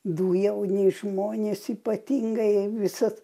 du jauni žmonės ypatingai visad